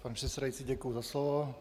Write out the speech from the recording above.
Pane předsedající, děkuju za slovo.